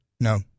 No